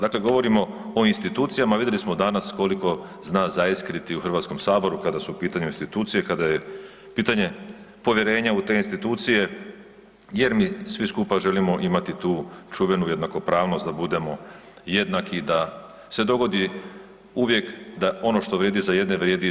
Dakle, govorimo o institucijama, vidjeli smo danas koliko zna zaiskriti u HS-u kada su u pitanju institucije, kada je pitanje povjerenja u te institucije jer mi, svi skupa želimo imati čuvenu jednakopravnost, da budemo jednaki, da se dogodi uvijek da ono što vrijedi za jedne, vrijedi i za